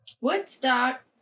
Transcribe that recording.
Woodstock